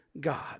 God